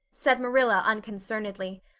said marilla unconcernedly.